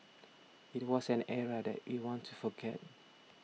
it was an era that we want to forget